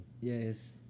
Yes